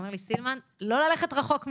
הוא אומר לי: סילמן, לא ללכת רחוק מדי,